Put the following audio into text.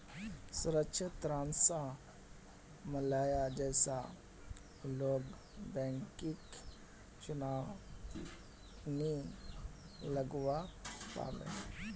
सुरक्षित ऋण स माल्या जैसा लोग बैंकक चुना नी लगव्वा पाबे